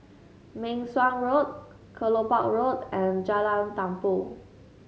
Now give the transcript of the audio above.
Meng Suan Road Kelopak Road and Jalan Tumpu